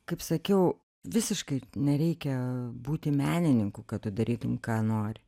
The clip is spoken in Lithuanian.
kaip sakiau visiškai nereikia būti menininku kad tu darytum ką nori